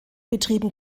betrieben